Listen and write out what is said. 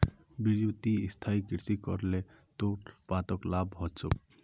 बिरजू ती स्थायी कृषि कर ल तोर पोताक लाभ ह तोक